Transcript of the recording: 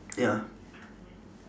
ya